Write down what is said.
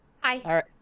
Hi